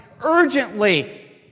urgently